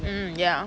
mm ya